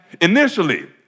Initially